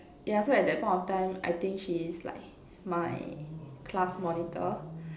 yeah so at that point of time I think she's like my class monitor